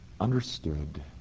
understood